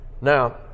Now